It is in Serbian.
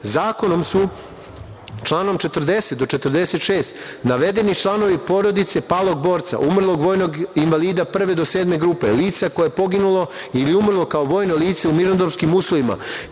položaj. Zakonom su članom 40. do 46. navedeni članovi porodice palog borca, umrlog vojnog invalida prve do sedme grupe, lica koje je poginulo ili umrlo kao vojno lice u mirnodopskim uslovima,